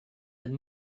and